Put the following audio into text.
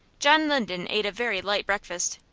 john linden ate a very light breakfast.